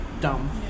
dumb